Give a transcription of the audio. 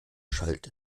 schallt